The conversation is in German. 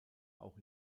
auch